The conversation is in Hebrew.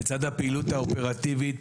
לצד הפעילות האופרטיבית,